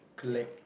ya